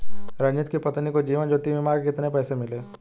रंजित की पत्नी को जीवन ज्योति बीमा के कितने पैसे मिले?